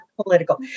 political